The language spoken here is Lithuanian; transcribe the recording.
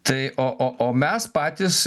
tai o o o mes patys